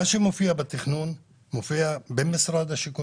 מה שמופיע בתכנון מופיע במשרד השיכון